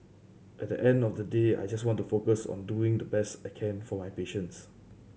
at the end of the day I just want to focus on doing the best I can for my patients